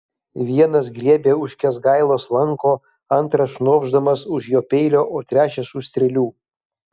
vienas griebia už kęsgailos lanko antras šnopšdamas už jo peilio o trečias už strėlių